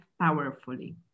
powerfully